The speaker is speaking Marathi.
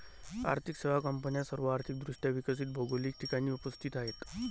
आर्थिक सेवा कंपन्या सर्व आर्थिक दृष्ट्या विकसित भौगोलिक ठिकाणी उपस्थित आहेत